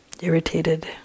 irritated